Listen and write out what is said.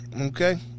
Okay